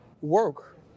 work